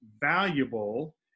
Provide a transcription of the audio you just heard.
valuable